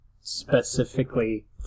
specifically